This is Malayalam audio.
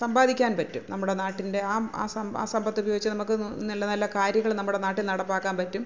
സമ്പാദിക്കാൻ പറ്റും നമ്മുടെ നാട്ടിൻ്റെ ആ ആ ആ സമ്പത്ത് ഉപയോഗിച്ചു നമുക്ക് നല്ല നല്ല കാര്യങ്ങള് നമ്മുടെ നാട്ടിൽ നടപ്പാക്കാൻ പറ്റും